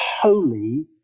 holy